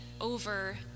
over